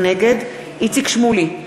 נגד איציק שמולי,